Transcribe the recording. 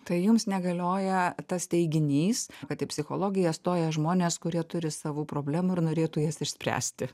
tai jums negalioja tas teiginys kad į psichologiją stoja žmonės kurie turi savų problemų ir norėtų jas išspręsti